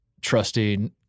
trusting